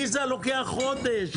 ויזה לוקח חודש.